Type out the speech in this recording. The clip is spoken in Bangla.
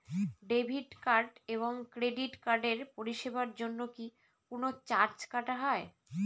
ডেবিট কার্ড এবং ক্রেডিট কার্ডের পরিষেবার জন্য কি কোন চার্জ কাটা হয়?